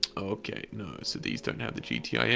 okay, no so these don't have the gtin, yeah